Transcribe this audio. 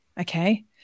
okay